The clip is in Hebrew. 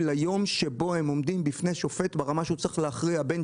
אבל ברגע שיש לו שוטר,